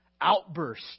outburst